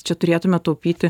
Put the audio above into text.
čia turėtume taupyti